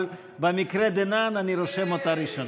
אבל במקרה דנן אני רושם אותה ראשונה.